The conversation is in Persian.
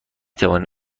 توانید